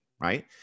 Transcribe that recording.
right